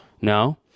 No